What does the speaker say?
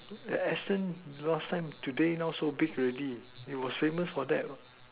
Astons last time today now so big already it was famous for that